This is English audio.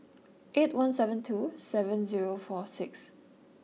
eight one seven two seven zero four six